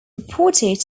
reported